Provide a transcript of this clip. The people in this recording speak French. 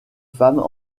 femmes